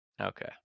okay